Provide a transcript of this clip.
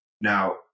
Now